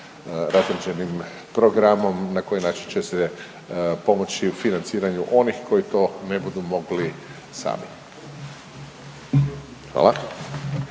razrađenim programom na koji način će se pomoći u financiranju onih koji to ne budu mogli sami. Hvala.